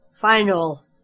final